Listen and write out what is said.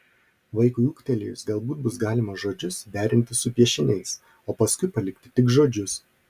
vaikui ūgtelėjus galbūt bus galima žodžius derinti su piešiniais o paskui palikti tik žodžius